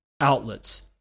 outlets